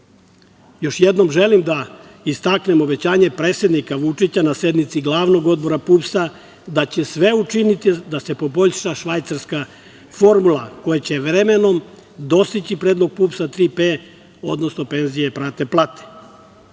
jednom želim da istaknem obećanje predsednika Vučića na sednici Glavnog odbora PUPS-a, da će sve učiniti da se poboljša švajcarska formula, koja će vremenom dostići predlog PUPS – „Tri P“, odnosno penzije prate plate. Lično